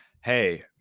hey